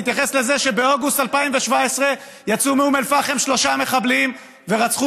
תתייחס לזה שבאוגוסט 2017 יצאו מאום אל-פחם שלושה מחבלים ורצחו